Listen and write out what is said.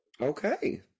Okay